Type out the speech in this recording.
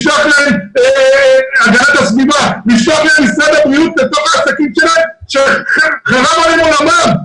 לשלוח להם את משרד הבריאות לתוך העסקים שלהם כאשר חרב עליהם עולמם?